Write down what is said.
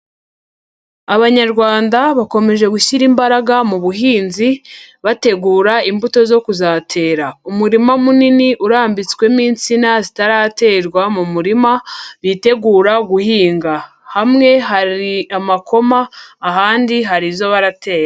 Abanyarwanda bakomeje gushyira imbaraga mu buhinzi bategura imbuto zo kuzatera, umurima munini urambitswemo insina zitaraterwa mu murima, bitegura guhinga hamwe hari amakoma ahandi hari izo baratera.